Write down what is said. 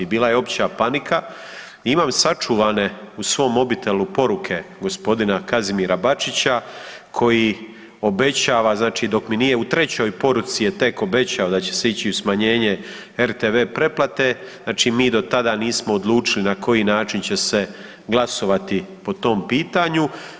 I bila je opće panika i imam sačuvane u svom mobitelu poruke gospodina Kazimira Bačića koji obećava znači dok mi nije u trećoj poruci je tek obećao da će se ići u smanjenje rtv pretplate, znači mi do tada nismo odlučili na koji način će se glasovati po tom pitanju.